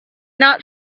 not